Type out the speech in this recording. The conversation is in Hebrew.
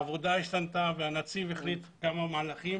העבודה השתנתה והנציב החליט על כמה מהלכים